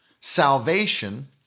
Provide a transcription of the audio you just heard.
Salvation